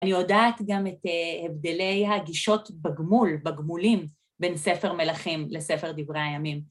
אני יודעת גם את הבדלי הגישות בגמול, בגמולים, בין ספר מלאכים לספר דברי הימים.